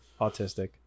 autistic